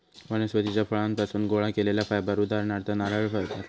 वनस्पतीच्या फळांपासुन गोळा केलेला फायबर उदाहरणार्थ नारळ फायबर